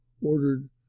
ordered